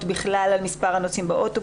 לפתרון מוסכם ונקווה שנגיע אליו במהירות.